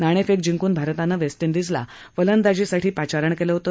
नाणेफेक जिंकून भारतानं वेस्ट ड्रीजला फलंदाजीसाठी पाचारण केलं होतं